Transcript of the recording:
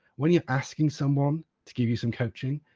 when you're asking someone to give you some coaching,